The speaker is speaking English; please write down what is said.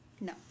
No